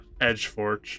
Edgeforge